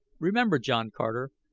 remember, john carter,